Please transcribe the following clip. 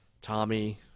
Tommy